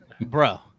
bro